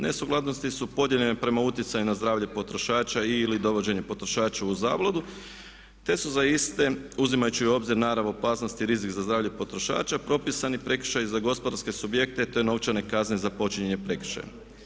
Nesukladnosti su podijeljene prema utjecaju na zdravlje potrošača i ili dovođenje potrošača u zabludu te su za iste uzimajući u obzir naravno opasnost i rizik za zdravlje potrošača propisani prekršaji za gospodarske subjekte te novčane kazne za počinjene prekršaje.